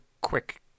quick